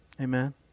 Amen